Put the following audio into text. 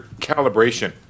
calibration